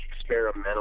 experimental